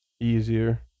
Easier